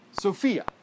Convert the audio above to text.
Sophia